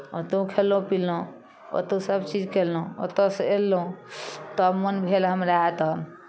ओतय खयलहुँ पिलहुँ ओतय सभचीज कयलहुँ ओतयसँ अयलहुँ तब मोन भेल हमरा तऽ